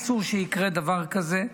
אסור שיקרה דבר כזה,